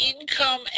income